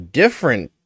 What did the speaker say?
different